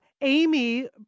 Amy